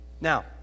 Now